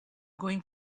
going